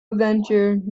adventure